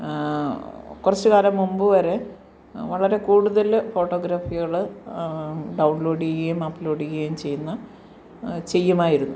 കുറച്ച് കാലം മുമ്പ് വരെ വളരെ കൂടുതൽ ഫോട്ടോഗ്രാഫികൾ ഡൗൺ ലോഡ് ചെയ്യും അപ്പ് ലോഡ് ചെയ്യും ചെയ്യുന്ന ചെയ്യുമായിരുന്നു